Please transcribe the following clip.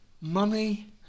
Money